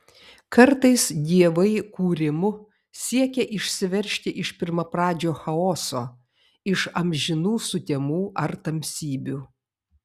kartais dievai kūrimu siekia išsiveržti iš pirmapradžio chaoso iš amžinų sutemų ar tamsybių